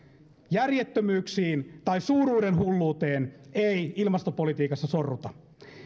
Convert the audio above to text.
järjettömyyksiin tai suuruudenhulluuteen ei ilmastopolitiikassa sorruta